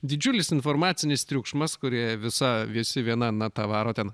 didžiulis informacinis triukšmas kurie visa visi viena nata varo ten